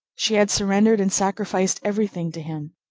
she had surrendered and sacrificed every thing to him.